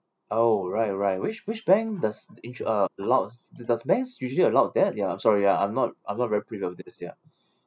oh right right which which bank does intr~ uh allows d~ does banks usually allowed that ya I'm sorry ya I'm not I'm not very privy of this ya